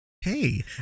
Hey